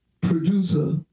producer